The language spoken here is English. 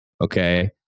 okay